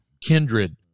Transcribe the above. Kindred